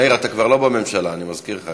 מאיר, אתה כבר לא בממשלה, אני מזכיר לך.